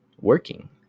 working